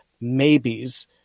maybes